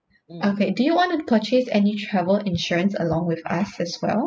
okay do you want to purchase any travel insurance along with us as well